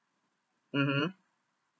mmhmm